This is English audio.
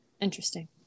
Interesting